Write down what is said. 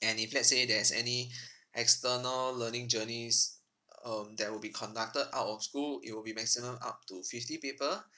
and if let's say there's any external learning journeys um that will be conducted out of school it will be maximum up to fifty people